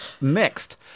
mixed